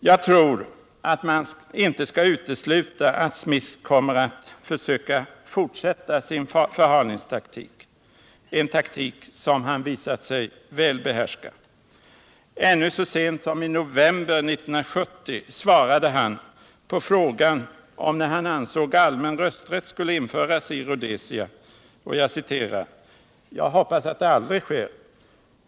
Jag tror att man inte skall utesluta att Smith kommer att försöka fortsätta sin förhalningstaktik — en taktik som han visat sig väl behärska. Ännu så sent som i november 1970 svarade han på frågan om när han ansåg att allmän rösträtt skulle införas i Rhodesia: ”Jag hoppas att det aldrig sker.